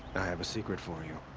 i have a secret for you.